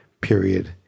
period